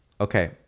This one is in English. okay